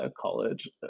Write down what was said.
college